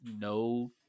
no